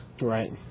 Right